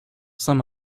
saint